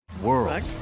World